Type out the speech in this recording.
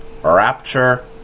rapture